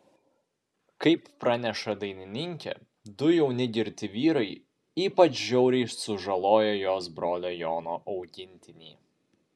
kaip praneša dainininkė du jauni girti vyrai ypač žiauriai sužalojo jos brolio jono augintinį